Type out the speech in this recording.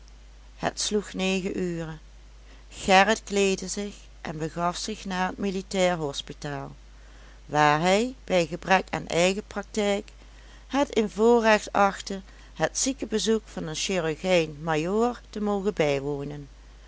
het sloeg negen uren gerrit kleedde zich en begaf zich naar het militaire hospitaal waar hij bij gebrek aan eigen praktijk het een voorrecht achtte het ziekenbezoek van den chirurgijn majoor te mogen bijwonen